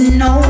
no